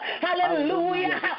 Hallelujah